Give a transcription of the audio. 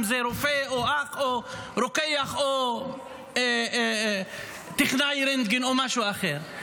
אם זה רופא או אח או רוקח או טכנאי רנטגן או משהו אחר,